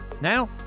Now